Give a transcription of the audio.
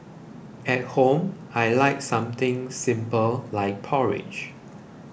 at home I like something simple like porridge